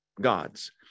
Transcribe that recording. gods